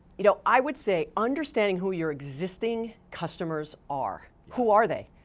you know i would say understanding who your existing customers are, who are they?